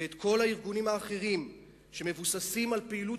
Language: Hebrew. וכל הארגונים האחרים שמבוססים על פעילות